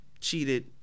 cheated